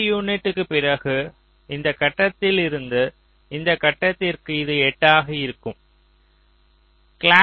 8 யூனிட்ஸ்க்குப் பிறகு இந்த கட்டத்தில் இருந்து இந்த கட்டத்திற்கு இது 8 ஆக இருக்கம்